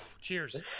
cheers